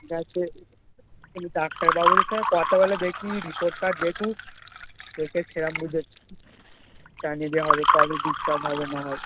হ্যাঁ সে ডাক্তারবাবুদের সাথে কথা বলে দেখি রিপোর্ট কার্ড দেখুক দেখে সেরকম বুঝে জানিয়ে দেওয়া হবে কবে ডিসচার্জ হবে না হয়